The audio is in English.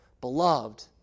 Beloved